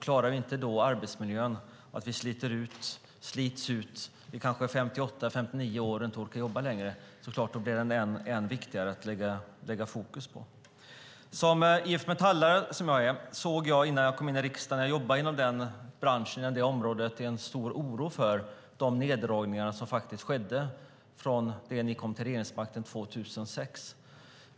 Klarar vi inte arbetsmiljön, utan människor slits ut vid kanske 58-59 år och inte orkar jobba längre, blir det än viktigare att lägga fokus på detta. Som IF Metallare såg jag innan jag kom in i riksdagen och jobbade inom det området en stor oro för de neddragningar som skedde från att ni kom till regeringsmakten 2006.